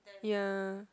ya